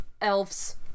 elves